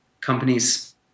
companies